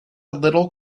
little